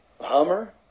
Hummer